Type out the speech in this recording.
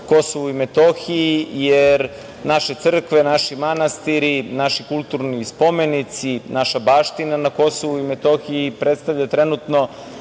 Kosovu i Metohiji, jer naše crkve, naši manastiri, naši kulturni spomenici, naša baština na Kosovu i Metohiji predstavlja trenutno